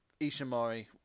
Ishimori